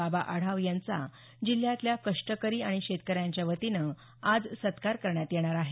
बाबा आढाव यांचा जिल्ह्यातल्या कष्टकरी आणि शेतकऱ्यांच्या वतीनं आज सत्कार करण्यात येणार आहे